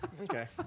Okay